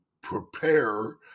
prepare